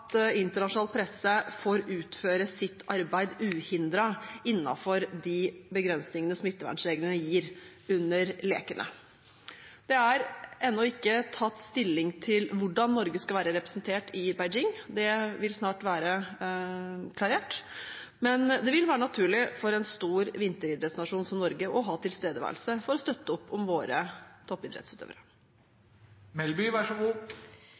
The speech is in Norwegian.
begrensningene smittevernreglene gir under lekene. Det er ennå ikke tatt stilling til hvordan Norge skal være representert i Beijing. Det vil snart være klarert. Men det vil være naturlig for en stor vinteridrettsnasjon som Norge å ha tilstedeværelse for å støtte opp om våre